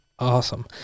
Awesome